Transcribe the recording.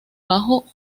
bajo